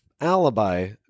alibi